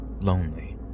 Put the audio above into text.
lonely